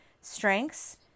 strengths